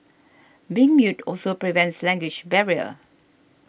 being mute also prevents language barrier